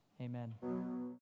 amen